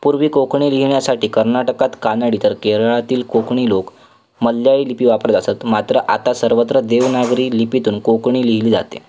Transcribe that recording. पूर्वी कोकणी लिहिण्यासाठी कर्नाटकात कानडी तर केरळातील कोकणी लोक मल्याळी लिपी वापरत असत मात्र आता सर्वत्र देवनागरी लिपीतून कोकणी लिहिली जाते